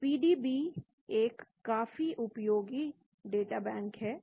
तो पीडीबी एक काफी उपयोगी प्रोटीन डाटाबैंक है